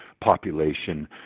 population